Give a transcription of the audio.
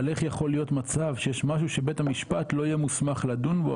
על איך יכול להיות מצב שיש משהו שבית המשפט לא יהיה מוסמך לדון בו,